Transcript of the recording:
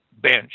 bench